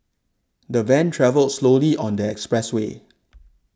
the van travelled slowly on the expressway